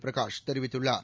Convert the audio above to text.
பிரகாஷ் தெரிவித்துள்ளார்